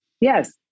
yes